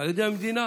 על ידי המדינה,